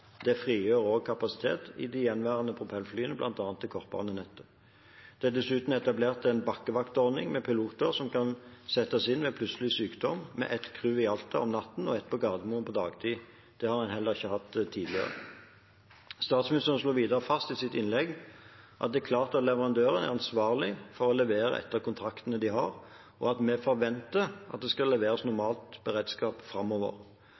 Det frigjør også kapasitet i de gjenværende propellflyene, bl.a. til kortbanenettet. Det er dessuten etablert en bakkevaktordning med piloter som kan settes inn ved plutselig sykdom, med ett crew i Alta om natten og ett på Gardermoen på dagtid. Dette har en heller ikke hatt tidligere. Statsministeren slo videre fast i sitt innlegg at det er klart at leverandøren er ansvarlig for å levere etter de kontraktene de har, og at vi forventer at det skal leveres normal beredskap framover.